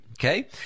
okay